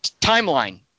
Timeline